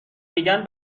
میگن